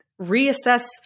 Reassess